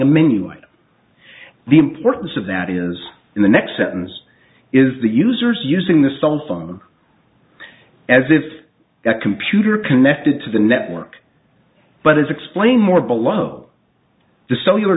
a menu and the importance of that is in the next sentence is the user's using the cell phone as if that computer connected to the network but is explain more below the cellular